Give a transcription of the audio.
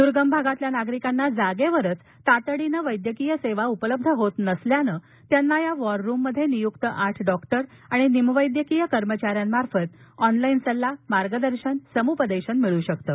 दुर्गम भागातील नागरिकांना जागेवरच तातडीनं वैद्यकीय सेवा उपलब्ध होत नसल्यानं त्यांना या वॉर रुममध्ये नियुक्त आठ डॉक्टर आणि निमवैद्यकीय कर्मचाऱ्यालया मार्फत ऑनलाईन सल्ला मार्गदर्शन समुपदेशन मिळू शकतं